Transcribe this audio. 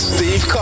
Steve